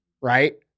right